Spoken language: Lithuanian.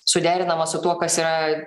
suderinama su tuo kas yra